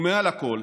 מעל הכול,